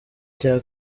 cya